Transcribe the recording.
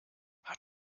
hat